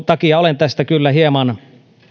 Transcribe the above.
takia olen kyllä hieman